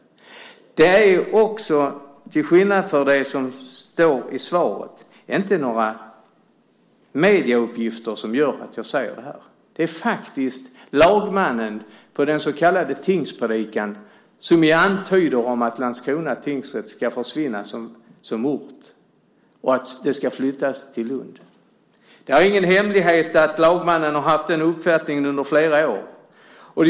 Till skillnad från vad som står i svaret är det inte några medieuppgifter som gör att jag säger det här. Det är faktiskt lagmannen på den så kallade tingspredikan som antyder att Landskrona tingsrätt ska försvinna från orten och flyttas till Lund. Det är ingen hemlighet att lagmannen har haft den uppfattningen under flera år.